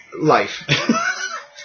life